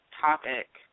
topic